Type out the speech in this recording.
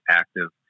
active